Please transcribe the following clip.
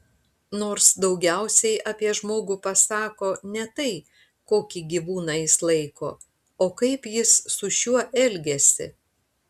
nors daugiausiai apie žmogų pasako ne tai kokį gyvūną jis laiko o kaip jis su šiuo elgiasi